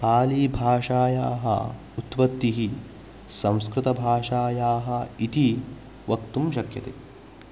पालीभाषायाः उत्पत्तिः संस्कृतभाषायाः इति वक्तुं शक्यते